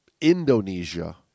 Indonesia